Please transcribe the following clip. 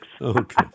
Okay